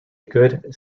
good